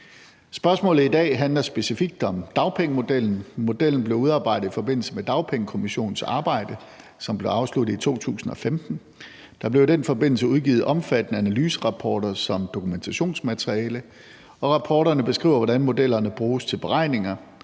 Spørgsmålet i dag handler specifikt om dagpengemodellen. Modellen blev udarbejdet i forbindelse med Dagpengekommissionens arbejde, som blev afsluttet i 2015. Der blev i den forbindelse udgivet omfattende analyserapporter som dokumentationsmateriale, og rapporterne beskriver, hvordan modellerne bruges til beregninger,